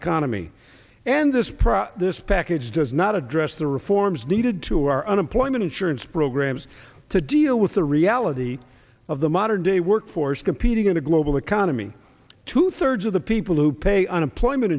economy and this prize this package does not address the reforms needed to our unemployment insurance programs to deal with the reality of the modern day workforce competing in a global economy two thirds of the people who pay unemployment